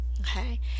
okay